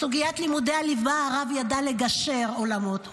בסוגיית לימודי הליבה הרב ידע לגשר בין עולמות.